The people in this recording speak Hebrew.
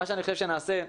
מה שאנחנו שנעשה,